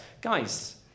Guys